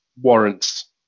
warrants